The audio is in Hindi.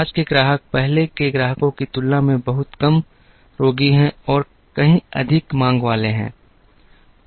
आज के ग्राहक पहले के ग्राहकों की तुलना में बहुत कम रोगी हैं और कहीं अधिक मांग वाले हैं